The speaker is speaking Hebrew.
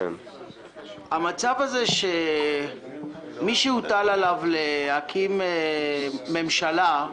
המצב הזה שמי שהוטל עליו להקים ממשלה,